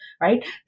right